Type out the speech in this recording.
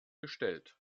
gestellt